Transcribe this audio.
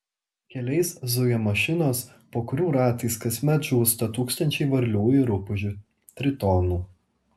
keliais zuja mašinos po kurių ratais kasmet žūsta tūkstančiai varlių ir rupūžių tritonų